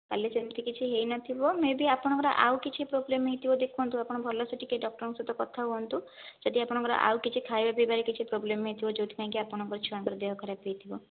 କାଲି ସେମିତି କିଛି ହୋଇନଥିବ ମେ ବି ଆପଣଙ୍କର ଆଉ କିଛି ପ୍ରୋବ୍ଲେମ ହୋଇଥିବ ଦେଖନ୍ତୁ ଆପଣ ଭଲ ସେ ଟିକିଏ ଡକ୍ଟରଙ୍କ ସହିତ କଥାହୁଅନ୍ତୁ ଯଦି ଆପଣଙ୍କର ଆଉ କିଛି ଖାଇବାପିଇବାରେ କିଛି ପ୍ରୋବ୍ଲେମ ହୋଇଥିବ ଯେଉଁଥି ପାଇଁ କି ଆପଣଙ୍କର ଛୁଆ ଙ୍କର ଦେହ ଖରାପ ହୋଇଥିବ